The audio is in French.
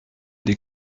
des